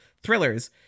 thrillers